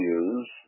use